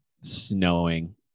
snowing